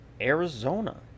Arizona